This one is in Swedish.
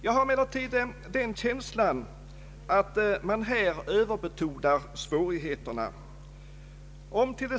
Jag har emellertid den känslan att svårigheterna överbetonas.